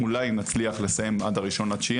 אולי נצליח לסיים עד 1 בספטמבר.